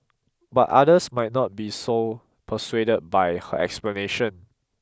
but others might not be so persuaded by her explanation